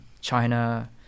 China